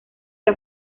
que